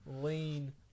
Lean